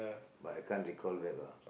but I can't recall back lah